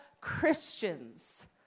Christians